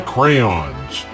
Crayons